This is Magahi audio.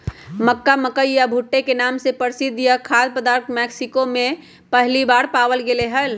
मक्का, मकई या भुट्टे के नाम से प्रसिद्ध यह खाद्य पदार्थ मेक्सिको में पहली बार पावाल गयले हल